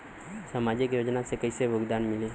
सामाजिक योजना से कइसे भुगतान मिली?